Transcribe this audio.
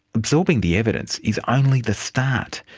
absorbing the evidence is only the start.